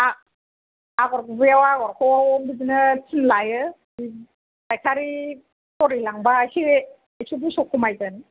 आगर गुबैयाव आगरखौ बिदिनो तिन लायो फायखारि दरै लांबा एसे एकस' दुइस' खमायगोन